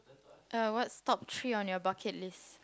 uh what's top three on your bucket list